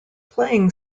playing